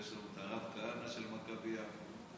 ויש לנו את הרב כהנא של מכבי יפו,